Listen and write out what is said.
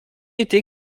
était